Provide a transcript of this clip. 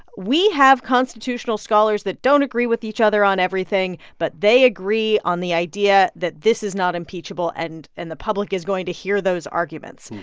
we have constitutional scholars that don't agree with each other on everything, but they agree on the idea that this is not impeachable. and and the public is going to hear those arguments.